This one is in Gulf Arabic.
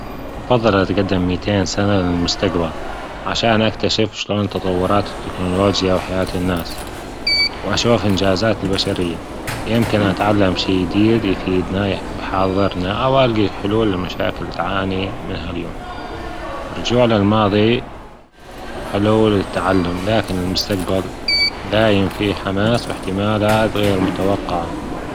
أفضل أتجدم ماتين سنة للمستجبل عشان أتكتشف شلون التتطوات التكنولوجيا وحياة الناس أشوف أنجازات البشرية يمكن أتعلم شي جديد يفيدنا في حاضرنا أو أواجه حلول لمشاكل تاعني منها اليوم الرجوع للماضي حلول للتعلم لكن المستقبل دايم حماس واحتمالات غير متوقع.